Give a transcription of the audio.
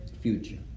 future